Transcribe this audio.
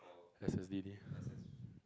S_S_D_D